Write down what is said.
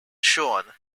sean